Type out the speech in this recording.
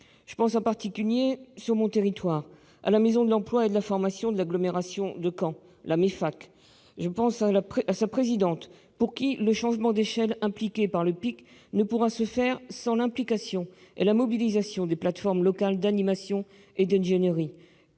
Je pense en particulier, sur mon territoire, à la maison de l'emploi et de la formation de l'agglomération caennaise, la MEFAC. Je pense à sa présidente, pour qui le changement d'échelle entraîné par le plan d'investissement compétences, le PIC ne pourra se faire sans l'implication et la mobilisation des plateformes locales d'animation et d'ingénierie